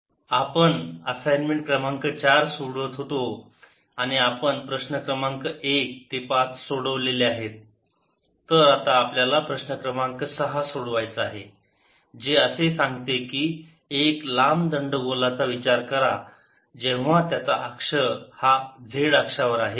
problems 6 10 आपण assignment क्रमांक चार सोडवत होतो आणि आपण प्रश्न क्रमांक एक ते पाच सोडवलेले आहे तर आता आपल्याला प्रश्न क्रमांक सहा सोडवायचा आहे जे असे सांगते की एक लांब दंडगोलाचा विचार करा जेव्हा त्याचा अक्ष हा z अक्षावर आहे